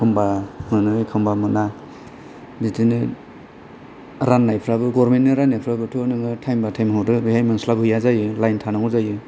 एखम्बा मोनो एखम्बा मोना बिदिनो राननायफोराबो गभरमेन्टनि राननायफोराबोथ' नोङो टाइम बा टाइम हरो बेवहाय मोनस्लाबहैया जायो लाइन थानांगौ जायो